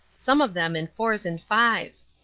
some of them in fours and fives.